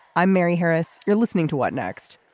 i'm mary harris. you're listening to what next.